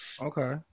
Okay